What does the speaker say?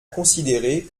considérer